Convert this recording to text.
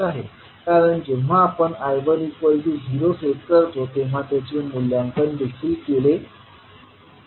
कारण जेव्हा आपण I10 सेट करतो तेव्हा त्याचे मूल्यांकन देखील केले जाते